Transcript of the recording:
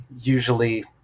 usually